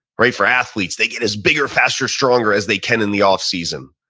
right? for athletes, they get as bigger, faster, stronger as they can in the off season.